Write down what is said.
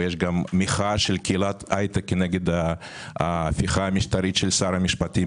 ויש גם מחאה של קהילת ההייטק כנגד ההפיכה המשטרית של שר המשפטים.